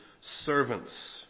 servants